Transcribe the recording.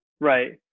Right